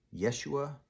Yeshua